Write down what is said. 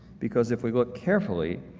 because if we look carefully,